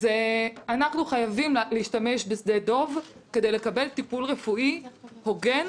אז אנחנו חייבים להשתמש בשדה דב כדי לקבל טיפול רפואי הוגן,